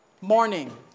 morning